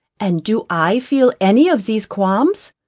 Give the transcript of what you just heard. and do i feel any of these qualms?